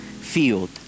field